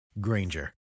granger